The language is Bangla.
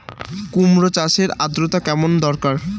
কুমড়ো চাষের আর্দ্রতা কেমন দরকার?